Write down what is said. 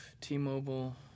t-mobile